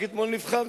רק אתמול נבחרת.